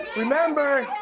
remember